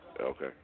Okay